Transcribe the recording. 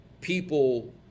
people